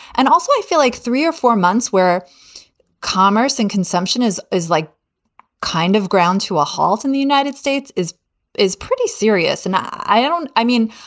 and also, i feel like three or four months where commerce and consumption is is like kind of ground to a halt in the united states is is pretty serious. and i i don't i mean,